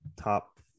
top